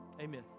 amen